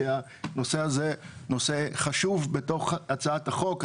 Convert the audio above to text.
שהנושא הזה נושא חשוב בתוך הצעת החוק.